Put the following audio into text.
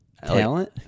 Talent